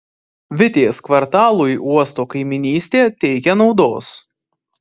vitės kvartalui uosto kaimynystė teikia naudos